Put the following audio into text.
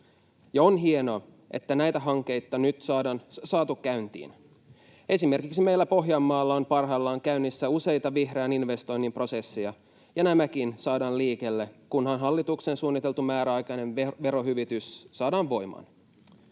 on hienoa, että näitä hankkeita nyt on saatu käyntiin. Esimerkiksi meillä Pohjanmaalla on parhaillaan käynnissä useita vihreän investoinnin prosesseja, ja nämäkin saadaan liikkeelle, kunhan hallituksen suunniteltu määräaikainen verohyvitys saadaan voimaan.